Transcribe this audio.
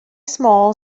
small